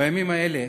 בימים האלה